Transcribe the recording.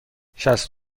شصت